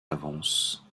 avances